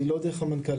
היא לא דרך המנכ"ל,